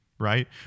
right